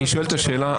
אני שואל את השאלה,